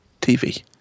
TV